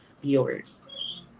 viewers